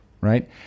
right